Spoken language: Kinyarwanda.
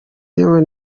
yewe